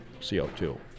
CO2